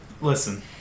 Listen